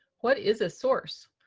what is a source?